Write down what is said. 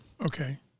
Okay